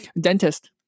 dentist